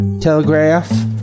telegraph